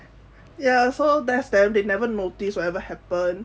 ya so that's them they never notice whatever happen